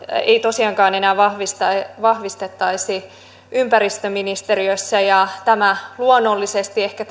ei tosiaankaan enää vahvistettaisi ympäristöministeriössä ja tämä luonnollisesti ehkä